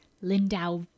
Lindau